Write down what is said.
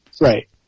Right